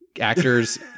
actors